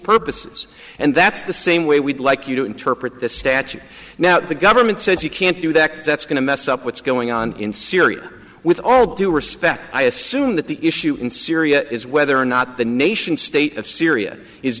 purposes and that's the same way we'd like you to interpret the statue now the government says you can't do that that's going to mess up what's going on in syria with all due respect i assume that the issue in syria is whether or not the nation state of syria is